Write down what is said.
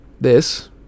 This